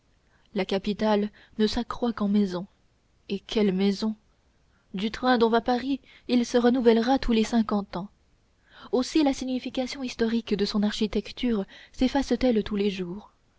la capitale ne s'accroît qu'en maisons et quelles maisons du train dont va paris il se renouvellera tous les cinquante ans aussi la signification historique de son architecture sefface t elle tous les jours